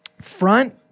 Front